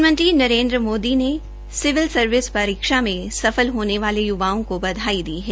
प्रधानमंत्री श्री नरेन्द्र मोदी ने civil service परीक्षा में सफल होने वाले युवाओं को बधाई दी है